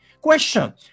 question